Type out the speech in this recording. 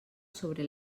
sobre